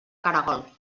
caragol